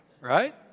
right